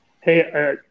Hey